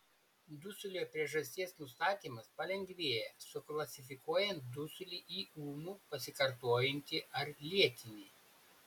dusulio priežasties nustatymas palengvėja suklasifikuojant dusulį į ūmų pasikartojantį ar lėtinį